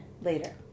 later